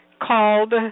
called